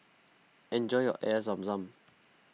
enjoy your Air Zam Zam